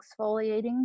exfoliating